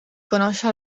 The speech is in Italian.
conosce